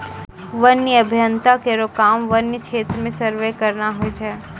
वन्य अभियंता केरो काम वन्य क्षेत्र म सर्वे करना होय छै